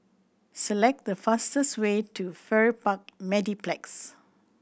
select the fastest way to Farrer Park Mediplex